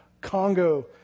Congo